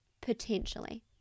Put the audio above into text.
Potentially